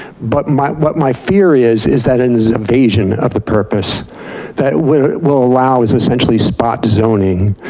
but my what my fear is, is that an evasion of the purpose that will will allow is essentially spot zoning.